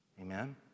amen